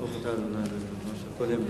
ברוך אתה אדוני אלוהינו מלך העולם שהכול נהיה בדברו.